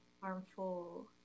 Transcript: harmful